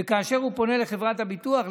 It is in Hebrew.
וכאשר הוא פונה לחברת הביטוח,